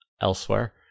Elsewhere